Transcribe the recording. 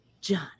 John